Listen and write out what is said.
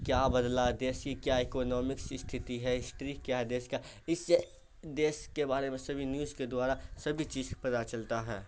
کیا بدلا دیش کی کیا اکونامکس استھتی ہے استھتی کیا ہے دیش کا اس سے دیش کے بارے میں سبھی نیوز کے دوارا سبھی چیز پتہ چلتا ہے